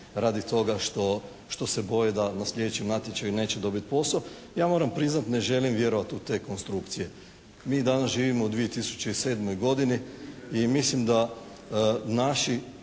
radi toga što se boje da na sljedećem natječaju neće dobiti posao? Ja moram priznati ne želim vjerovati u te konstrukcije. Mi danas živimo u 2007. godini i mislim da naši